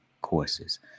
courses